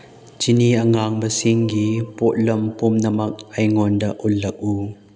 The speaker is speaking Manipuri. ꯆꯤꯅꯤ ꯑꯉꯥꯡꯕꯁꯤꯡꯒꯤ ꯄꯣꯠꯂꯝ ꯄꯨꯝꯅꯃꯛ ꯑꯩꯉꯣꯟꯗ ꯎꯠꯂꯛꯎ